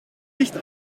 nicht